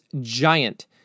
giant